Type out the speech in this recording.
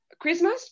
Christmas